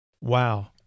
Wow